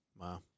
Wow